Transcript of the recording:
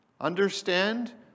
Understand